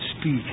speak